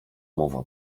mowa